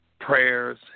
prayers